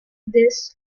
this